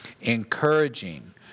encouraging